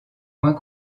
moins